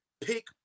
pick